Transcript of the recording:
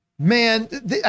Man